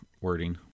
wording